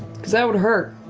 because that would hurt.